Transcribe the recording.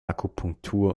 akupunktur